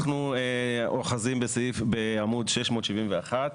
אנחנו אחוזים בעמוד 671,